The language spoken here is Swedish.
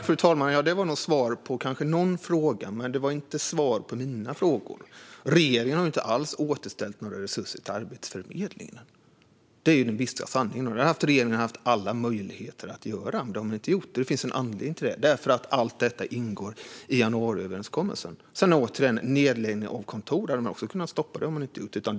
Fru talman! Det var kanske svar på någon fråga, men det var inte svar på mina frågor. Regeringen har inte alls återställt några resurser till Arbetsförmedlingen. Det är den bistra sanningen. Det hade regeringen haft alla möjligheter att göra, men det har de inte gjort. Det finns en anledning till det, och det är att allt detta ingår i januariöverenskommelsen. Återigen: Nedläggningarna av kontor hade ni också kunnat stoppa, men det har ni inte gjort.